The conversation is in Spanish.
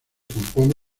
compone